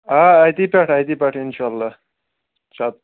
آ اَتہِ پٮ۪ٹھ اَتہِ پٮ۪ٹھ اِنشاء اللہ چلو